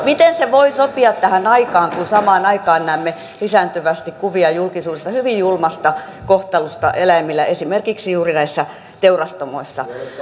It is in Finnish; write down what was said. miten se voi sopia tähän aikaan kun samaan aikaan näemme lisääntyvästi kuvia julkisuudessa hyvin julmasta kohtelusta eläimiä kohtaan esimerkiksi juuri näissä teurastamoissa